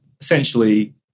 essentially